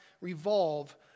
revolve